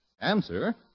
Answer